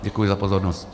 Děkuji za pozornost..